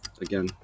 again